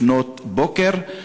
לפנות בוקר.